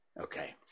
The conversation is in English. Okay